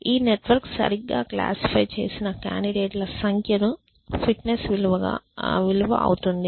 ఈ నెట్వర్క్ సరిగ్గా క్లాసిఫై చేసిన కాండిడేట్ ల సంఖ్య ను ఫిట్నెస్ విలువ అవుతుంది